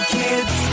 kids